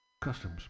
customs